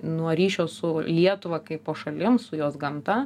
nuo ryšio su lietuva kaipo šalim su jos gamta